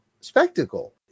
spectacle